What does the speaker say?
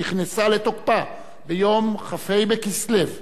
שנכנסה לתוקפה ביום כ"ה בכסלו תשע"ג,